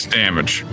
damage